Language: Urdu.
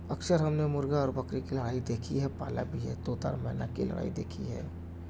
اکثر ہم نے مرغہ اور بکری کی لڑائی دیکھی ہے اور پالا بھی ہے طوطا اورمینا کی لڑائی دیکھی ہے